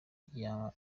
gitondo